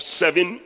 seven